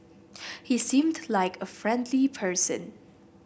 he seemed like a friendly person